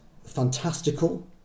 fantastical